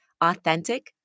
authentic